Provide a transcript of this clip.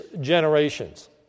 generations